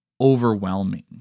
overwhelming